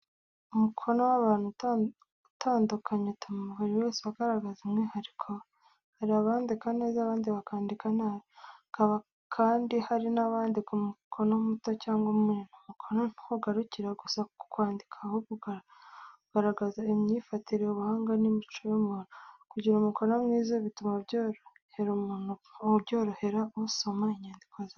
Umukono w’abantu utandukanye utuma buri wese agaragaza umwihariko we. Hari abandika neza, abandi bakandika nabi, hakaba kandi hari n’abandika umukono muto cyangwa munini. Umukono ntugarukira gusa ku kwandika, ahubwo ugaragaza imyifatire, ubuhanga n’imico y’umuntu. Kugira umukono mwiza, bituma byorohera usoma inyandiko zawe.